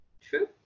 True